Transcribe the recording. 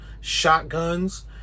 shotguns